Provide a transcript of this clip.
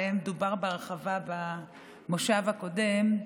שעליהם דובר בהרחבה בנושא הקודם,